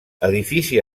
edifici